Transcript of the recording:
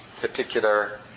particular